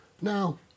Now